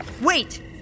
Wait